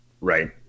right